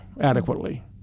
adequately